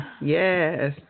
yes